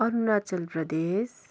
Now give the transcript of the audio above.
Arunachal Pradesh